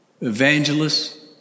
evangelists